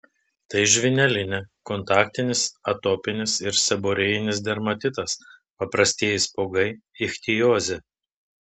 tai žvynelinė kontaktinis atopinis ir seborėjinis dermatitas paprastieji spuogai ichtiozė